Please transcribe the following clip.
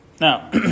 Now